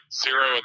zero